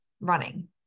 running